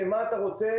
מה אתה רוצה?